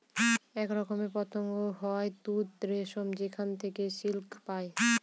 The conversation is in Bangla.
এক রকমের পতঙ্গ হয় তুত রেশম যেখানে থেকে সিল্ক পায়